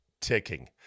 ticking